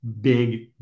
big